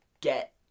get